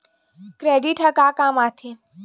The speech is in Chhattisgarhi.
क्रेडिट ह का काम आथे?